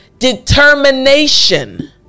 Determination